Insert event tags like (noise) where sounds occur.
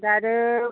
(unintelligible)